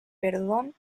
perdón